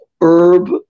herb